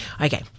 Okay